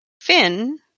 Finn